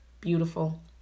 beautiful